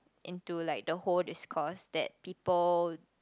into like the whole discourse that people